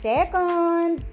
Second